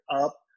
up